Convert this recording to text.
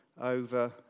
over